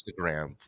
Instagram